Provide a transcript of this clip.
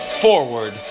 Forward